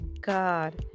God